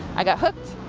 i got hooked,